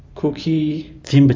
cookie